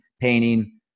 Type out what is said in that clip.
painting